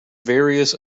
various